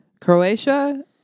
Croatia